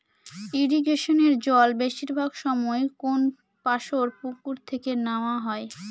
ইরিগেশনের জল বেশিরভাগ সময় কোনপাশর পুকুর থেকে নেওয়া হয়